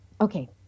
okay